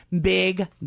big